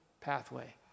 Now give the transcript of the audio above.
pathway